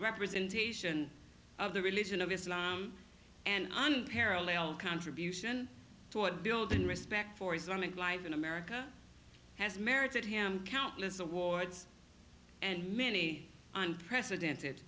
representation of the religion of islam and unparalleled contribution toward building respect for islamic life in america has merited him countless awards and many unprecedented